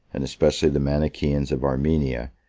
and especially the manichaeans of armenia,